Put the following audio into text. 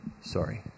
Sorry